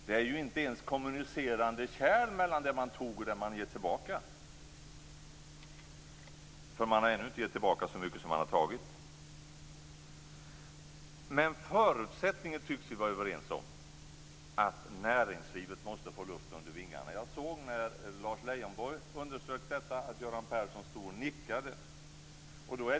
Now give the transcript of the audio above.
Det är inte ens kommunicerande kärl mellan det som man tog och det som man ger tillbaka, för man har ännu inte givit tillbaka så mycket som man har tagit. Vi tycks dock vara överens om förutsättningen att näringslivet måste få luft under vingarna. Jag såg att Göran Persson stod och nickade när Lars Leijonborg gick igenom detta.